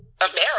America